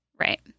Right